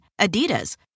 Adidas